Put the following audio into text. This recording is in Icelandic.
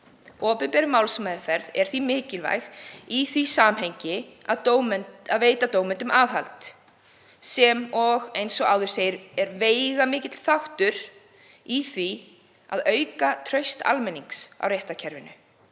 Opinber málsmeðferð er því mikilvæg í því samhengi að veita dómendum aðhald sem er veigamikill þáttur í því að auka traust almennings á réttarkerfinu.